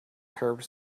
curved